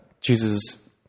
chooses